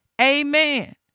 Amen